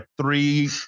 three